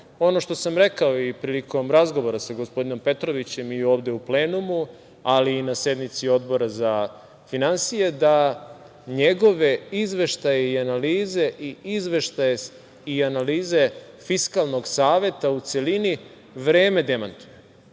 ono što sam rekao i prilikom razgovora sa gospodinom Petrovićem i ovde u plenumu, ali i na sednici Odbora za finansije, da njegove izveštaje i analize i izveštaje i analize Fiskalnog saveta u celini vreme demantuje